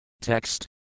Text